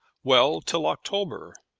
well till october?